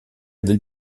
del